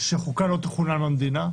שחוקה לא תכונן במדינה.